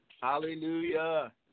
Hallelujah